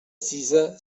cisa